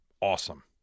Awesome